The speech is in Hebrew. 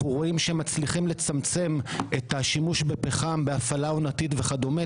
אנחנו רואים שמצליחים לצמצם את השימוש בפחם בהפעלה עונתית וכדומה,